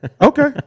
okay